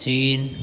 चीन